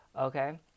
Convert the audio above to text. Okay